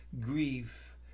Grief